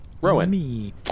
Rowan